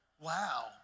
Wow